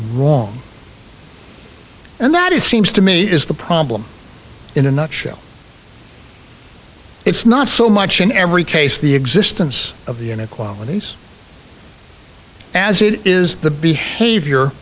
wrong and that it seems to me is the problem in a nutshell it's not so much in every case the existence of the inequalities as it is the behavior